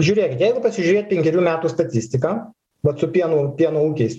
žiūrėkit jeigu pasižiūrėt penkerių metų statistiką vat su pienu pieno ūkiais